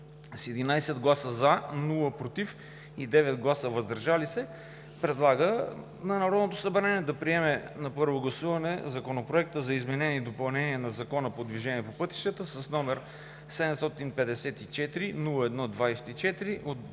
с 11 гласа „за“, без „против“ и 9 гласа „въздържали се“ предлага на Народното събрание да приеме на първо гласуване Законопроект за изменение и допълнение на Закона за движението по пътищата, № 754-01-24,